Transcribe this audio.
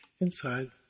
inside